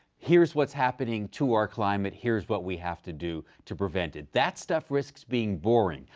here's what's happening to our climate, here's what we have to do to prevent it. that stuff risks being boring.